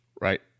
right